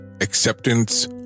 acceptance